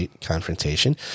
confrontation